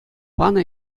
панӑ